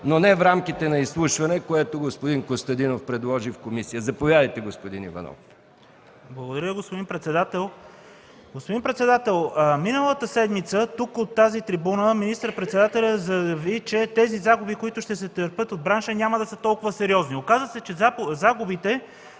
но не в рамките на изслушване, което господин Костадинов предложи в комисията. Заповядайте, господин Иванов. СТАНИСЛАВ ИВАНОВ (ГЕРБ): Благодаря, господин председател. Господин председател, миналата седмица тук, от тази трибуна министър-председателят заяви, че тези загуби, които ще се търпят от бранша, няма да са толкова сериозни. Оказа се, че загубите